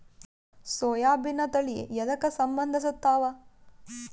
ಸೋಯಾಬಿನ ತಳಿ ಎದಕ ಸಂಭಂದಸತ್ತಾವ?